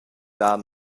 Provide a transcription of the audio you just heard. dar